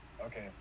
Okay